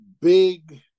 big